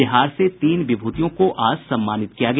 बिहार से तीन विभूतियों को आज सम्मानित किया गया